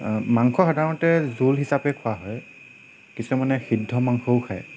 মাংস সাধাৰণতে জোল হিচাপে খোৱা হয় কিছুমানে সিদ্ধ মাংসও খায়